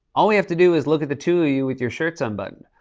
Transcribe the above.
all we have to do is look at the two of you with your shirts unbuttoned.